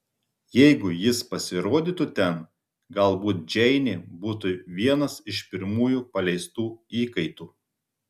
jeigu jis pasirodytų ten galbūt džeinė būtų vienas iš pirmųjų paleistų įkaitų